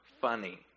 funny